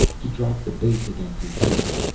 he dropped the base against his hand.